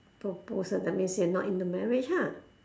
proposal that means you're not in the marriage ah